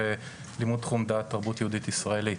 של לימוד תחום דעת תרבות יהודית ישראלית,